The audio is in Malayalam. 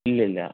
ഇല്ല ഇല്ല